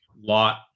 lot